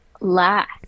last